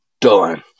Done